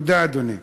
תודה, אדוני.